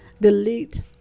delete